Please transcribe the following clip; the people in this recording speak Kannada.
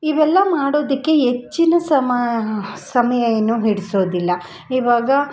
ಇವೆಲ್ಲ ಮಾಡೋದಕ್ಕೆ ಹೆಚ್ಚಿನ ಸಮ ಸಮಯ ಏನು ಹಿಡಿಸೋದಿಲ್ಲ ಇವಾಗ